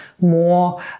more